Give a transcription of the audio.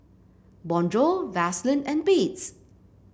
Bonjour Vaseline and Beats